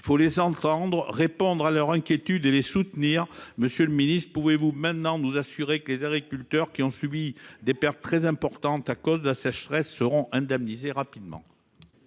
Il faut les entendre, répondre à leur inquiétude et les soutenir. Monsieur le ministre, pouvez-vous nous assurer que les agriculteurs qui ont subi des pertes très importantes à cause de la sécheresse seront indemnisés rapidement ?